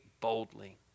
boldly